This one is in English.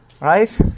right